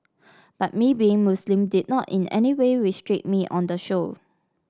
but me being Muslim did not in any way restrict me on the show